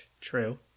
true